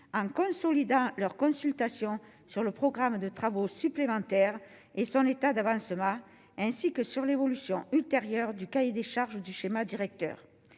en consolidant leur consultations sur le programme de travaux supplémentaires et son état d'avancement, ainsi que sur l'évolution ultérieure du cahier des charges du schéma directeur